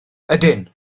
ydyn